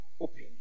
open